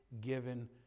given